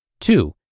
Two